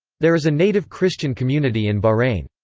there is a native christian community in bahrain.